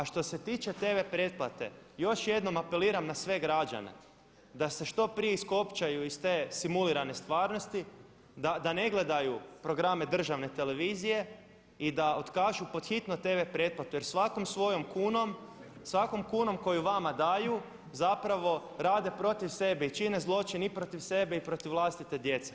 A što se tiče tv pretplate još jednom apeliram na sve građane da se što prije iskopčaju iz te simulirane stvarnosti da ne gledaju programe državne televizije i da otkažu pod hitno tv pretplatu jer svakom svojom kunom, svakom kunom koju vama daju zapravo rade protiv sebe i čine zločin i protiv sebe i protiv vlastite djece.